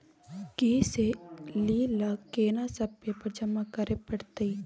KCC ल केना सब पेपर जमा करै परतै?